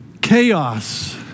chaos